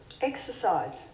exercise